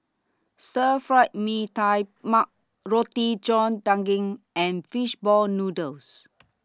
Stir Fried Mee Tai Mak Roti John Daging and Fish Ball Noodles